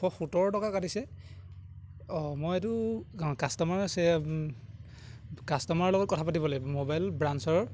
দুশ সোতৰ টকা কাটিছে অঁ মই এইটো কাষ্টমাৰ কাষ্টমাৰৰ লগত কথা পাতিব লাগিব মোবাইল ব্ৰাঞ্চৰ